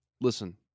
Listen